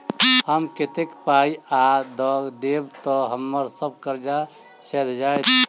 हम कतेक पाई आ दऽ देब तऽ हम्मर सब कर्जा सैध जाइत?